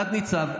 תת-ניצב.